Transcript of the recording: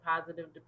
positive